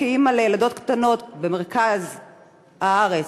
כאימא לילדות קטנות במרכז הארץ,